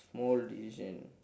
small decision